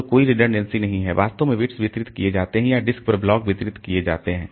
तो कोई रेडंडेन्सी नहीं है वास्तव में बिट्स वितरित किए जाते हैं या डिस्क पर ब्लॉक वितरित किए जाते हैं